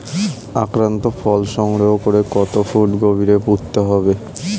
আক্রান্ত ফল সংগ্রহ করে কত ফুট গভীরে পুঁততে হবে?